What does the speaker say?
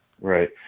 Right